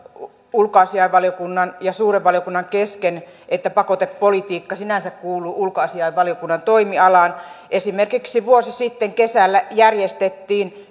ulkoasiainvaliokunnan ja suuren valiokunnan kesken että pakotepolitiikka sinänsä kuuluu ulkoasiainvaliokunnan toimialaan esimerkiksi vuosi sitten kesällä järjestettiin